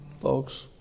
Folks